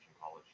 college